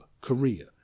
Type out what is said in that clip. korea